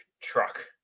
truck